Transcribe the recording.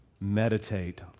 meditate